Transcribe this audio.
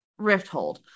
Rifthold